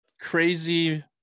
crazy